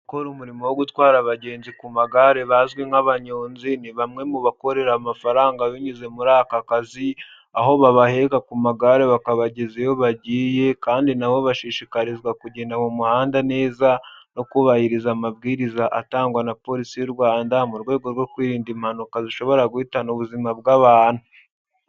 Gukora umurimo wo gutwara abagenzi ku magare bazwi nk'abanyonzi. Ni bamwe mu bakorera amafaranga binyuze muri aka kazi. Aho babaheka ku magare bakabageza iyo bagiye kandi nabo bashishikarizwa kugenda mu muhanda neza no kubahiriza amabwiriza atangwa na Polisi y'u Rwanda. Mu rwego rwo kwirinda impanuka zishobora guhitana ubuzima bw'abantu.